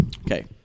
Okay